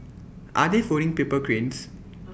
are they folding paper cranes